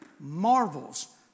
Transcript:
marvels